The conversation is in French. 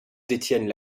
détiennent